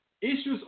Issues